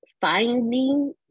Finding